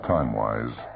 Time-wise